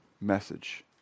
message